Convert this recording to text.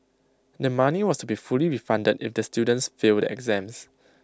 the money was to be fully refunded if the students fail the exams